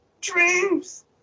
Dreams